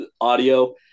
audio